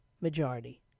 majority